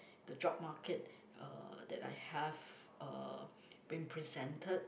the job market uh that I have uh been presented